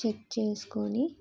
check చేసుకుని